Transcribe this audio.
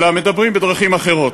אלא מדברים בדרכים אחרות.